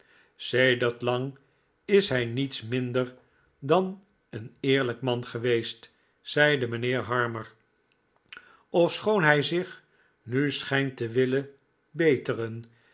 sedert lang is hij niets minder dan een eerlijk man geweest zeide mijnheer harmer ofschoon hij zich nu schijnt te willen beteren